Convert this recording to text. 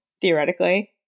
theoretically